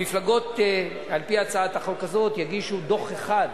המפלגות, על-פי הצעת החוק הזאת, יגישו דוח אחד,